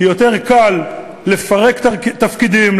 כי יותר קל לפרק תפקידים,